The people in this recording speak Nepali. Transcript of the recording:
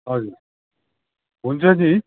हजुर हुन्छ नि